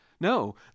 No